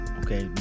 okay